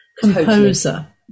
composer